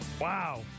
Wow